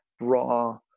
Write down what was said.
raw